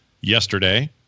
yesterday